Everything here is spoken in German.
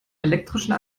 elektrischen